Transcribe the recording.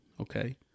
Okay